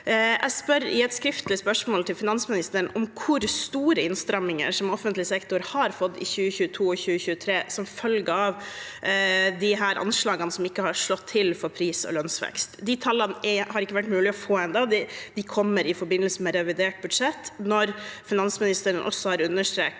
Jeg spør i et skriftlig spørsmål finansministeren om hvor store innstramminger offentlig sektor har fått i 2022 og 2023 som følge av de anslagene som ikke har slått til for pris- og lønnsvekst. De tallene har det ikke vært mulig å få ennå – de kommer i forbindelse med revidert budsjett, og finansministeren har også understreket